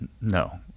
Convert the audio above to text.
no